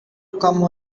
come